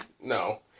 no